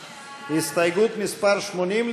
הסתייגות מס' 80,